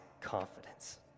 confidence